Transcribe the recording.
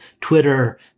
Twitter